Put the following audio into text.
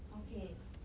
okay